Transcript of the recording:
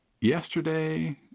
yesterday